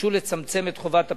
שביקשו לצמצם את חובת הפרסום,